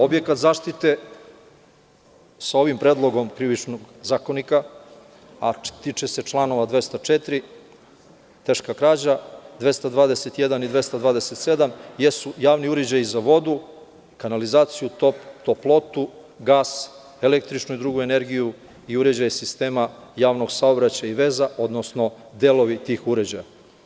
Objekat zaštite sa ovim Predlogom krivičnog zakonika, a tiče se članova 204. teška krađa, 221. i 227. jesu javni uređaji za vodu, kanalizaciju, toplotu, gas, električnu i drugu energiju i uređaje sistema javnog saobraćaja i veza, odnosno delovi tih uređaja.